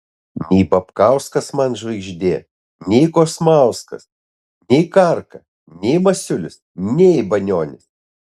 nei babkauskas man žvaigždė nei kosmauskas nei karka nei masiulis nei banionis